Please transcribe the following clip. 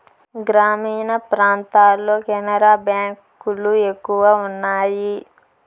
గ్రామీణ ప్రాంతాల్లో కెనరా బ్యాంక్ లు ఎక్కువ ఉన్నాయి